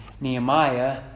Nehemiah